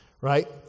right